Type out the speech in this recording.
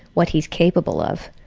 what he's capable of.